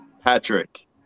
Patrick